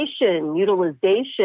utilization